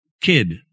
kid